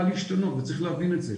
כולו מתחילה להשתנות וצריך להבין את זה.